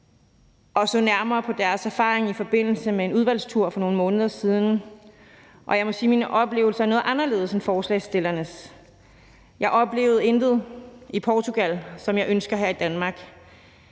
og så nærmere på deres erfaring i forbindelse med en udvalgstur for nogle måneder siden, og jeg må sige, at mine oplevelser er noget anderledes end forslagsstillernes. Jeg oplevede intet i Portugal, som jeg ønsker i Danmark.